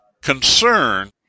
concern